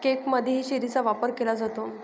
केकमध्येही चेरीचा वापर केला जातो